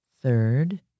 third